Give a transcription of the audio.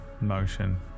motion